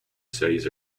studies